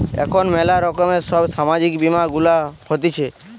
এখন ম্যালা রকমের সব সামাজিক বীমা গুলা হতিছে